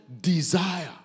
desire